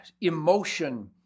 emotion